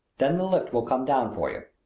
then the lift will come down for you.